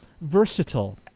versatile